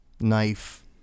knife